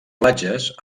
platges